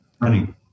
Running